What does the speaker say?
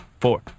four